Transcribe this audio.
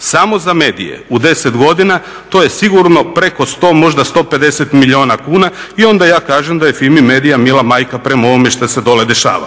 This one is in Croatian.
samo za medije. U 10 godina to je sigurno preko možda 150 milijuna kuna i onda ja kažem da j Fimi Media mila majka prema ovome što se dole dešava.